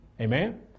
Amen